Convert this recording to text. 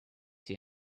here